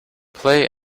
play